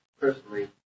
personally